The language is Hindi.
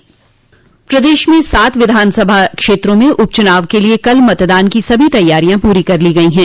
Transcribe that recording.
प्रदेश में सात विधानसभा क्षेत्रों में उपचुनाव के लिए कल मतदान की सभी तैयारियां पूरी कर ली गई है